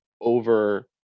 over